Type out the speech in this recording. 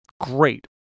great